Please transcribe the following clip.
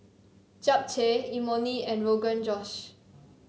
Japchae Imoni and Rogan Josh